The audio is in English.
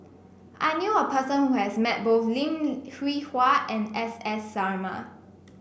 I knew a person who has met both Lim Hwee Hua and S S Sarma